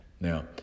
Now